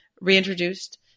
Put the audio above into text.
reintroduced